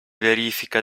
verifica